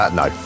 no